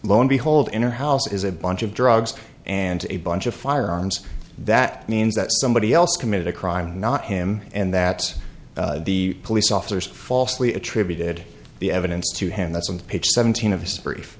lo and behold in her house is a bunch of drugs and a bunch of firearms that means that somebody else committed a crime not him and that the police officers falsely attributed the evidence to him that some pitch seventeen of his